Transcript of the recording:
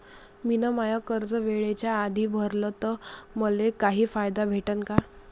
मिन माय कर्ज वेळेच्या आधी भरल तर मले काही फायदा भेटन का?